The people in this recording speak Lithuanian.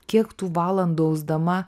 kiek tų valandų ausdama